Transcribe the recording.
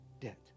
debt